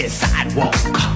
sidewalk